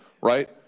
right